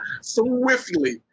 swiftly